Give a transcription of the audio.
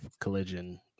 Collision